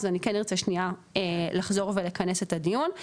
אז אני כן ארצה שנייה לחזור ולכנס את הדיון,